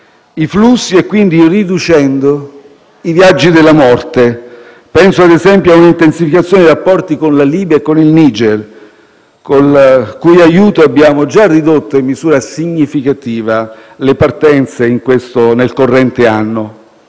i flussi e, quindi, riducendo i viaggi della morte. Penso - ad esempio - a un'intensificazione dei rapporti con la Libia e il Niger, col cui aiuto abbiamo già ridotto in misura significativa le partenze nel corrente anno.